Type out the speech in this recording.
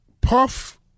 Puff